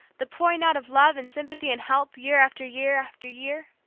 the pouring out of love and sympathy and help year after year after year.